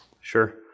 sure